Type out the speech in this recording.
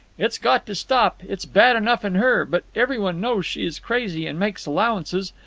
it's got to stop. it's bad enough in her but every one knows she is crazy, and makes allowances.